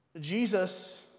Jesus